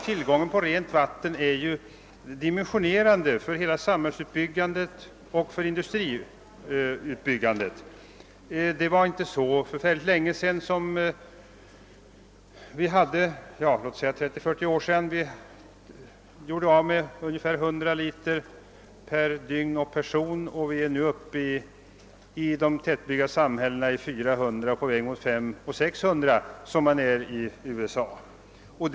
Tillgången på rent vatten har ju blivit dimensionerande för hela samhällets och för industriernas utbyggnad. Det är bara 30—40 år sedan vi gjorde av med ungefär 100 liter vatten per dygn och person och vi är nu — som i USA — uppe i 400 och på väg mot 500—5600 liter i de tättbebyggda samhällena.